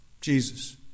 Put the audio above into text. Jesus